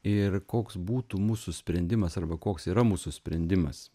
ir koks būtų mūsų sprendimas arba koks yra mūsų sprendimas